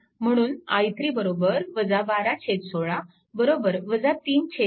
म्हणून i3 1216 34A